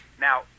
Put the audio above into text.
Now